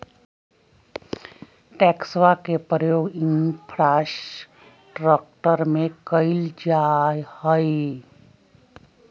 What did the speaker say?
टैक्सवा के प्रयोग इंफ्रास्ट्रक्टर में कइल जाहई